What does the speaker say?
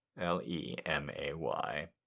l-e-m-a-y